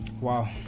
wow